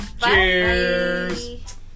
Cheers